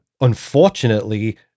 unfortunately